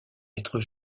être